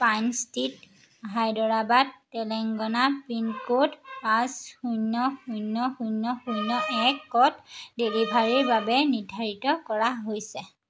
pine Street Hyderabad Telangana pin code পাঁচ শূন্য শূন্য শূন্য শূন্য একত ডেলিভাৰীৰ বাবে নিৰ্ধাৰিত কৰা হৈছে